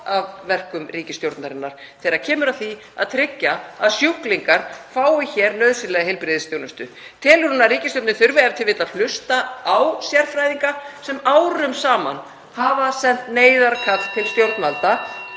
af verkum ríkisstjórnarinnar þegar kemur að því að tryggja að sjúklingar fái hér nauðsynlega heilbrigðisþjónustu? Telur hún að ríkisstjórnin þurfi e.t.v. að hlusta á sérfræðinga sem árum saman hafa sent neyðarkall til (Forseti